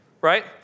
right